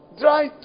Dry